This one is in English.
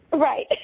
Right